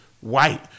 white